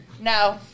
No